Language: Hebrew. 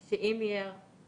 את מה שהם ביקשו